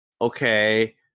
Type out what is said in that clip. okay